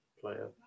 player